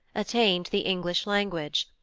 attained the english language,